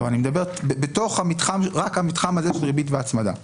אני מדבר רק על המתחם הזה של ריבית והצמדה.